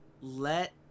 Let